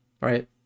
right